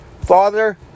Father